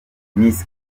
miss